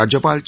राज्यपाल चे